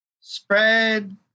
spread